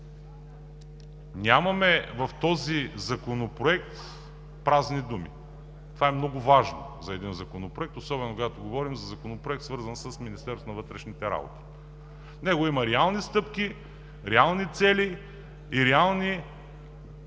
Нямаме в този законопроект празни думи, това е много важно за един законопроект, особено когато говорим за Законопроект, свързан с Министерството на вътрешните работи. В него има реални стъпки, реални цели и реални,